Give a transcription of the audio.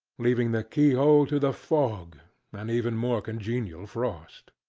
leaving the keyhole to the fog and even more congenial frost.